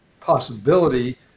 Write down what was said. possibility